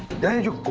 did you